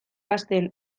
hazten